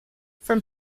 from